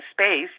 space